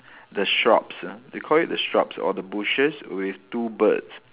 the shrubs ah they call it the shrubs or the bushes with two birds